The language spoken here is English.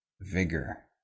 vigor